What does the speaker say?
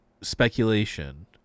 Speculation